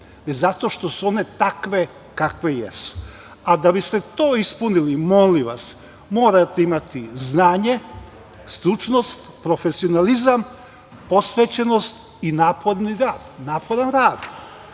zato što su one takve kakve jesu. A da biste to ispunili, molim vas, morate imati znanje, stručnost, profesionalizam, posvećenost i naporan rad. Znate, vaš rad